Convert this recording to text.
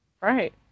right